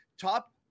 top